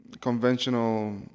conventional